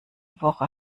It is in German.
woche